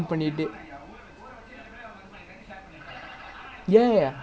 even chelsea they sacked him when he was second I think if I'm not wrong that's damn dumb